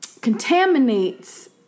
Contaminates